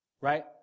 right